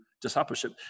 discipleship